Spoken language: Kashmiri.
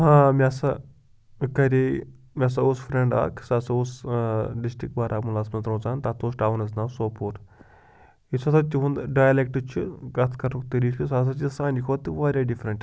آ مےٚ ہَسا کرے مےٚ ہَسا اوس فرٛٮ۪نٛڈ اَکھ سُہ ہَسا اوس ڈِسٹِرٛک بارہمولاہَس منٛز روزان تَتھ اوس ٹاونَس ناو سوپور یُس ہَسا تِہُںٛد ڈایلٮ۪کٹ چھُ کَتھ کَرنُک طریٖقہٕ چھُ سُہ ہَسا چھِ سانہِ کھۄتہٕ واریاہ ڈِفرَنٛٹ